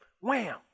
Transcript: wham